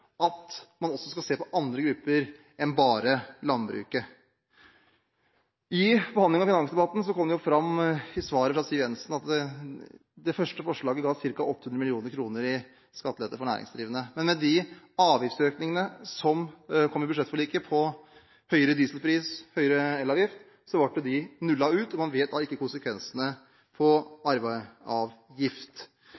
at man også skal se på andre grupper enn bare landbruket. I behandlingen av finansdebatten kom det fram i svaret fra Siv Jensen at det første forslaget ga ca. 800 mill. kr i skattelette for næringsdrivende. Men med de avgiftsøkningene som kom i budsjettforliket, på dieselpris og elavgift, ble de nullet ut, og man vet ikke konsekvensene